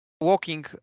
walking